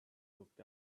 looked